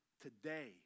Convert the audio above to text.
Today